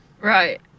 Right